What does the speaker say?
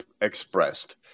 expressed